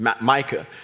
Micah